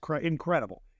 incredible